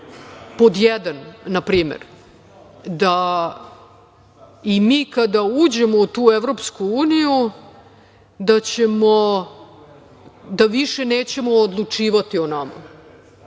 jedan, na primer, da i mi kada uđemo u tu Evropsku uniju da više nećemo odlučivati o nama.